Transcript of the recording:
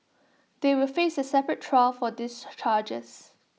they will face A separate trial for these charges